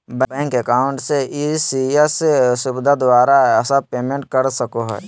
bank account से ECS सुविधा द्वारा सब पेमेंट कर सको हइ